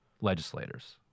legislators